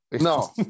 no